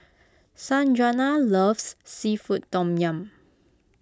Sanjuana loves Seafood Tom Yum